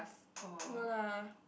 no lah